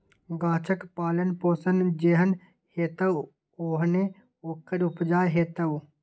गाछक पालन पोषण जेहन हेतै ओहने ओकर उपजा हेतै